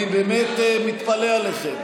אני באמת מתפלא עליכם.